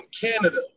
Canada